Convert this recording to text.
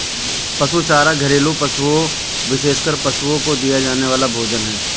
पशु चारा घरेलू पशुओं, विशेषकर पशुओं को दिया जाने वाला भोजन है